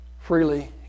Freely